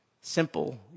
simple